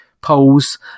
polls